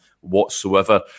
whatsoever